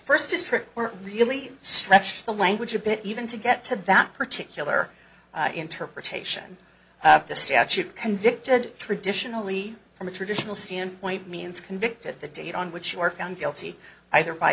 district really stretch the language a bit even to get to that particular interpretation of the statute convicted traditionally from a traditional standpoint means convicted the date on which you are found guilty either by